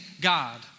God